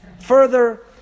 further